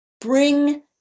bring